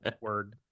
word